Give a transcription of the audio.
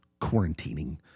quarantining